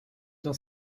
dans